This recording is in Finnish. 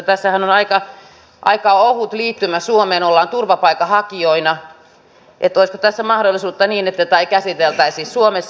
tässähän on aika ohut liittymä suomeen ollaan turvapaikanhakijoina niin että olisiko tässä sitä mahdollisuutta että tätä ei käsiteltäisi suomessa